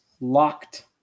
locked